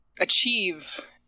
achieve